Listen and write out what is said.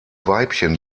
weibchen